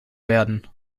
werden